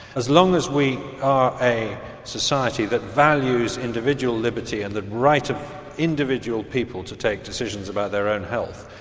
as long as we are a society that values individual liberty and the right of individual people to take decisions about their own health,